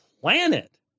planet